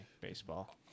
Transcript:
baseball